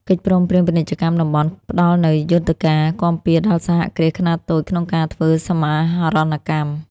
កិច្ចព្រមព្រៀងពាណិជ្ជកម្មតំបន់ផ្ដល់នូវយន្តការគាំពារដល់សហគ្រាសខ្នាតតូចក្នុងការធ្វើសមាហរណកម្ម។